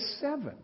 seven